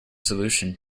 solution